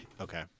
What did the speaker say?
Okay